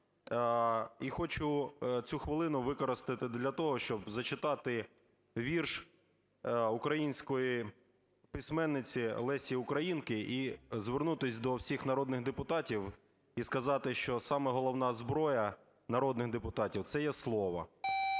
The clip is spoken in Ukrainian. І хочу цю хвилину використати для того, щоб зачитати вірш української письменниці Лесі Українки, і звернутися до всіх народних депутатів і сказати, що сама головна зброя народних депутатів – це є слово.